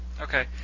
Okay